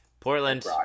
Portland